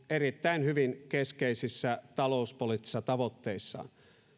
erittäin hyvin keskeisissä talouspoliittisissa tavoitteissaan